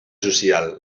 social